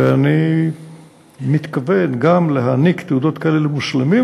ואני מתכוון גם להעניק תעודות כאלה למוסלמים,